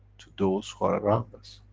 to those who are around us,